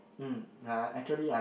mm I actually I